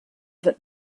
that